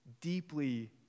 deeply